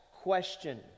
Question